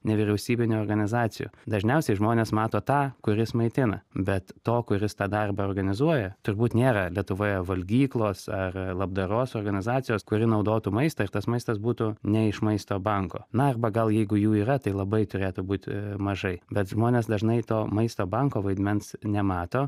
nevyriausybinių organizacijų dažniausiai žmonės mato tą kuris maitina bet to kuris tą darbą organizuoja turbūt nėra lietuvoje valgyklos ar labdaros organizacijos kuri naudotų maistą ir tas maistas būtų ne iš maisto banko na arba gal jeigu jų yra tai labai turėtų būti mažai bet žmonės dažnai to maisto banko vaidmens nemato